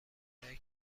اونایی